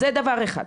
זה דבר אחד.